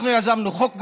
אנחנו יזמנו חוק בעניין,